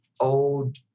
old